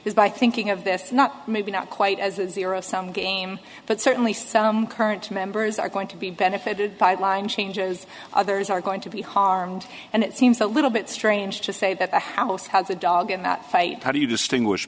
is by thinking of this not maybe not quite as a zero sum game but certainly sound current members are going to be benefited by line changes others are going to be harmed and it seems a little bit strange to say that the house has a dog in that fight how do you distinguish